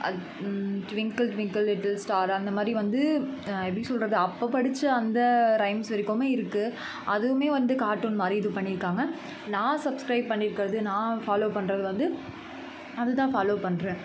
அது twinkle twinkle little star அந்தமாதிரி வந்து எப்படி சொல்கிறது அப்போ படித்த அந்த ரைம்ஸ் வரைக்குமே இருக்குது அதுவுமே வந்து கார்ட்டூன் மாதிரி இது பண்ணியிருக்காங்க நான் சப்ஸ்க்ரைப் பண்ணியிருக்குறது நான் ஃபாலோ பண்ணுறது வந்து அது தான் ஃபாலோ பண்ணுறேன்